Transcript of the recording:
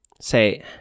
say